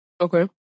Okay